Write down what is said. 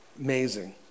Amazing